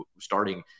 starting